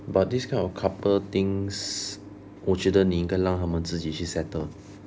but these kind of couple things 我觉得你应该让他们自己去 settle